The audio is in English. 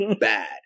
bad